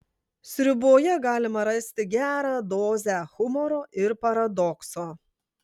sriuboje galima rasti gerą dozę humoro ir paradokso